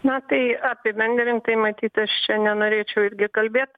na tai apibendrintai matyt aš čia nenorėčiau irgi kalbėt